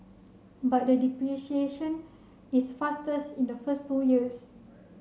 but the depreciation is fastest in the first two years